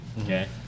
Okay